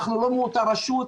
אנחנו לא מאותה רשות,